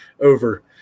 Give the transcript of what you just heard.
over